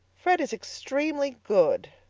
fred is extremely good.